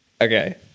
Okay